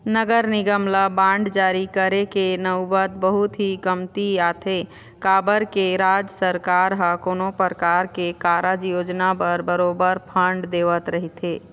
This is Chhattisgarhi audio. नगर निगम ल बांड जारी करे के नउबत बहुत ही कमती आथे काबर के राज सरकार ह कोनो परकार के कारज योजना बर बरोबर फंड देवत रहिथे